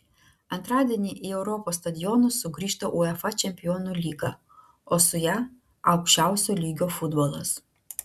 antradienį į europos stadionus sugrįžta uefa čempionų lyga o su ja aukščiausio lygio futbolas